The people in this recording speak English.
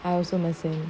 I also machine